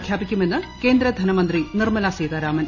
പ്രഖ്യാപിക്കുമെന്ന് കേന്ദ്ര ്യൂന്ന് മന്ത്രി നിർമ്മലാ സീതാരാമൻ